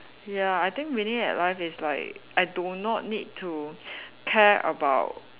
ya I think winning at life is like I do not need to care about